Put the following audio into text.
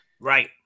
right